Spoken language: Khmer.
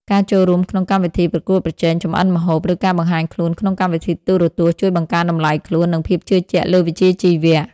ការចូលរួមក្នុងកម្មវិធីប្រកួតប្រជែងចម្អិនម្ហូប ឬការបង្ហាញខ្លួនក្នុងកម្មវិធីទូរទស្សន៍ ជួយបង្កើនតម្លៃខ្លួន និងភាពជឿជាក់លើវិជ្ជាជីវៈ។